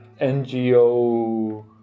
NGO